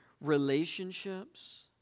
relationships